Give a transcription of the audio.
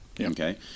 okay